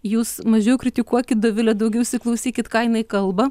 jūs mažiau kritikuokit dovile daugiau įsiklausykit ką jinai kalba